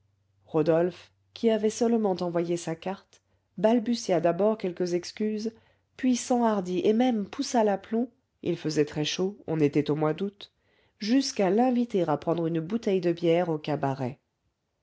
rodolphe qui avait seulement envoyé sa carte balbutia d'abord quelques excuses puis s'enhardit et même poussa l'aplomb il faisait très chaud on était au mois d'août jusqu'à l'inviter à prendre une bouteille de bière au cabaret